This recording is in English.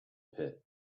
pit